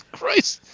Christ